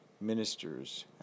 Ministers